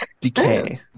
decay